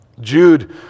Jude